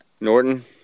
Norton